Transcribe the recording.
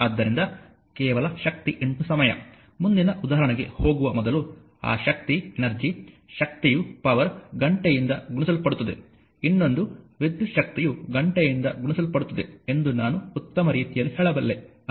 ಆದ್ದರಿಂದ ಕೇವಲ ಶಕ್ತಿ ಸಮಯ ಮುಂದಿನ ಉದಾಹರಣೆಗೆ ಹೋಗುವ ಮೊದಲು ಆ ಶಕ್ತಿ ಶಕ್ತಿಯು ಘಂಟೆಯಿಂದ ಗುಣಿಸಲ್ಪಡುತ್ತದೆ ಇನ್ನೊಂದು ವಿದ್ಯುತ್ ಶಕ್ತಿಯು ಗಂಟೆಯಿಂದ ಗುಣಿಸಲ್ಪಡುತ್ತದೆ ಎಂದು ನಾನು ಉತ್ತಮ ರೀತಿಯಲ್ಲಿ ಹೇಳಬಲ್ಲೆ